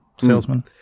salesman